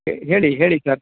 ಹೇಳಿ ಹೇಳಿ ಸರ್